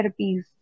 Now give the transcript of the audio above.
therapies